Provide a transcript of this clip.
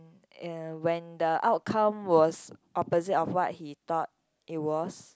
and when the outcome was opposite of what he thought it was